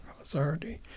authority